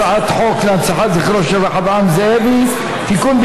הצעת חוק להנצחת זכרו של רחבעם זאבי (תיקון,